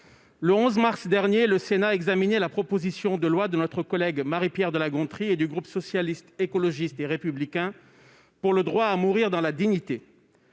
Le 11 mars dernier, le Sénat examinait la proposition de loi de notre collègue Marie-Pierre de La Gontrie et du groupe Socialiste, Écologiste et Républicain visant à établir le droit à mourir dans la dignité.